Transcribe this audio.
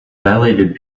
dilated